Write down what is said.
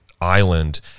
island